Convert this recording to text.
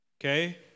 Okay